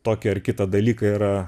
tokį ar kitą dalyką yra